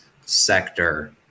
sector